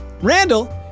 Randall